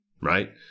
right